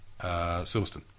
Silverstone